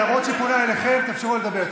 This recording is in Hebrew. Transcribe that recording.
למרות שהיא פונה אליכם, תאפשרו לה לדבר.